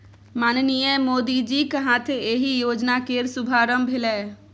माननीय मोदीजीक हाथे एहि योजना केर शुभारंभ भेलै